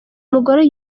mugore